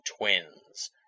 Twins